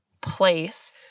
place